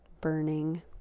burning